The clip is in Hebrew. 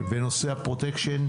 בנושא הפרוטקשן,